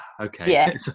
okay